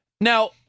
Now